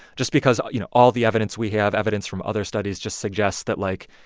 just because, you know, all the evidence we have, evidence from other studies, just suggests that, like,